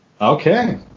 Okay